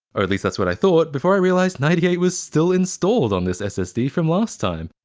or at least that's what i thought before i realized ninety eight was still installed on this ssd from last time!